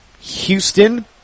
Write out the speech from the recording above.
Houston